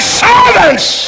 servants